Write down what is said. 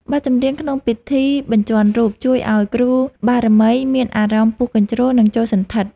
បទចម្រៀងក្នុងពិធីបញ្ជាន់រូប ជួយឱ្យគ្រូបារមីមានអារម្មណ៍ពុះកញ្ជ្រោល និងចូលសណ្ឋិត។